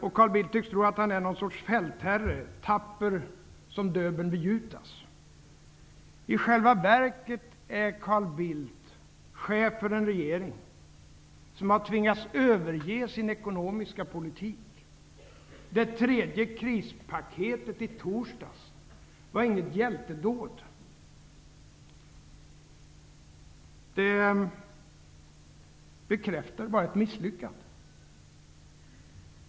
Carl Bildt tycks tro att han är någon sorts fältherre: tapper som Döbeln vid Jutas. I själva verket är Carl Bildt chef för en regering som har tvingats överge sin ekonomiska politik. Det tredje krispaketet i torsdags var inget hjältedåd. Det bekräftade bara ett misslyckande.